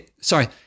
sorry